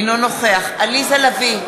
אינו נוכח עליזה לביא,